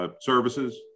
services